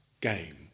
game